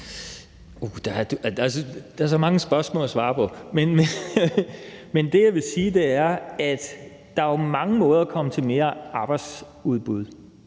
Der er så mange spørgsmål at svare på. Men det, jeg vil sige, er, at der jo er mange måder at komme til større arbejdsudbud.